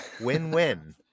Win-win